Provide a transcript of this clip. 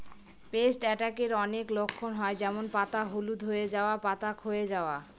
paste অ্যাটাকের অনেক লক্ষণ হয় যেমন পাতা হলুদ হয়ে যাওয়া, পাতা ক্ষয়ে যাওয়া